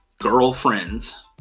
Girlfriends